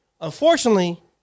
Unfortunately